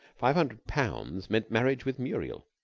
five hundred pounds meant marriage with muriel.